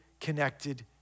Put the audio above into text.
connected